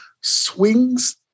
swings